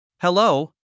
Hello